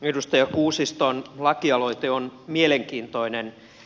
edustaja kuusiston lakialoite on mielenkiintoinen